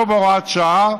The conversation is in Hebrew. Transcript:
לא בהוראת שעה,